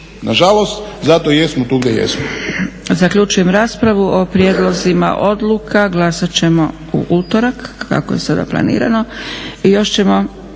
Nažalost, zato i jesmo tu gdje jesmo.